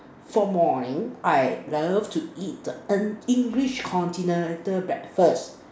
for morning I love to eat the en English continental breakfast